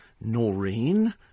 Noreen